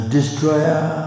Destroyer